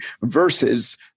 versus